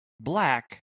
black